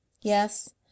Yes